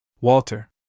Walter